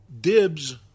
Dibs